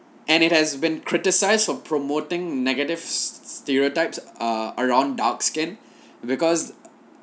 and it has been criticized for promoting negative stereotypes uh around dark skin because